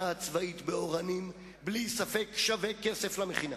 הצבאית ב"אורנים" בלי ספק שווה כסף למכינה,